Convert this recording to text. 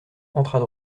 entrent